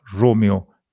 Romeo